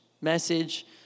message